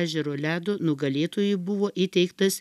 ežero ledo nugalėtojui buvo įteiktas